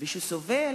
וסובל